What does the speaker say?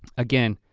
again,